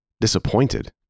disappointed